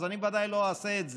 אז אני בוודאי לא אעשה את זה.